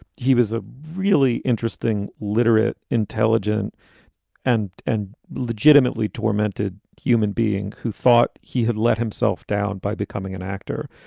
he was a really interesting, literate, intelligent and and legitimately tormented human being who thought he had let himself down by becoming an actor.